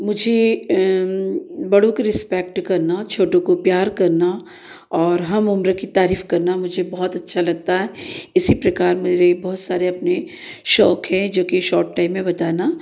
मुझे बड़ों को रिस्पेक्ट करना छोटों को प्यार करना और हम उम्र की तारीफ करना बहुत अच्छा लगता है इसी प्रकार मेरे बहुत सारे अपने शौक हैं जो कि शॉर्ट टाइम में बताना